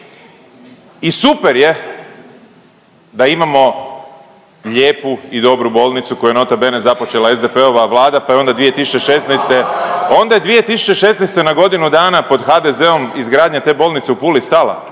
I super je da imamo lijepu i dobru bolnicu koju je nota bene započela SDP-ova Vlada pa je onda 2016., onda je 2016. na godinu dana pod HDZ-om izgradnja te bolnice u Puli stala.